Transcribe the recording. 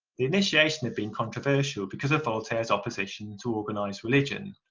the initiation had been controversial because of voltaire's opposition to organised religion,